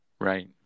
Right